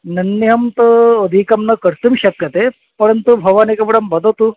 न्यूनं तु अधिकं न कर्तुं शक्यते परन्तु भवानेकवारं वदतु